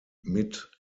mit